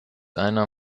einer